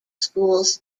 schools